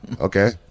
Okay